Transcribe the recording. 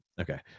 Okay